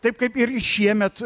taip kaip ir šiemet